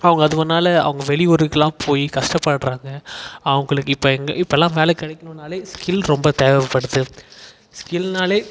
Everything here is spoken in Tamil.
அவங்க அது பண்ணாலே அவங்க வெளியூருக்குலாம் போய் கஷ்டப்படுறாங்க அவங்களுக்கு இங்கே இப்போலாம் வேலை கிடைக்கணுனாலே ஸ்கில் ரொம்ப தேவைப்படுது ஸ்கில்னாலே